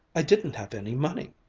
i didn't have any money.